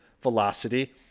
Velocity